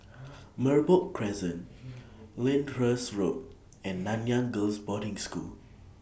Merbok Crescent Lyndhurst Road and Nanyang Girls' Boarding School